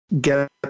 get